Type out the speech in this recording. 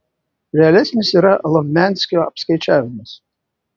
realesnis yra lovmianskio apskaičiavimas